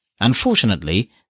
Unfortunately